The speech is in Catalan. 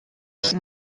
ser